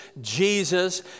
Jesus